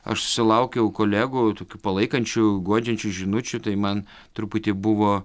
aš susilaukiau kolegų tokių palaikančių guodžiančių žinučių tai man truputį buvo